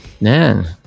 Man